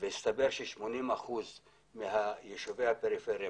והסתבר ש-80 אחוזים מיישובי הפריפריה,